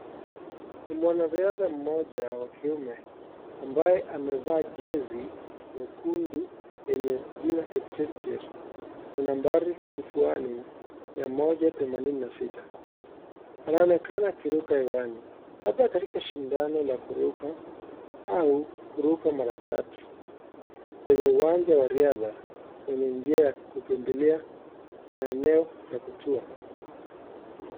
Ni mwanariadha mmoja wa kiume ambaye amevaa jezi nyekundu yenye jina Kipchirchir na nambari kifuani mia moja themanini na sita. Anaonekana akiruka hewani labda katika shindano shindano la kuruka au kuruka mara tatu kwenye uwanja wa riadha wenye njia ya kukimbilia na eneo la kutua.